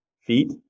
Feet